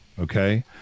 Okay